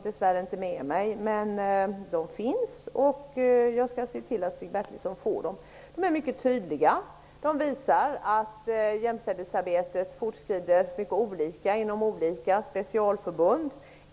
Detta visar mycket tydligt att jämställdhetsarbetet fortskrider på mycket olika sätt inom olika specialförbund.